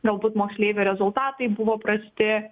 galbūt moksleivių rezultatai buvo prasti